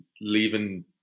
leaving